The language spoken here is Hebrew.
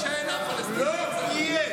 לעולם לא יהיה.